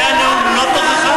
זה נאום הלא-תוכחה?